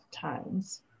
times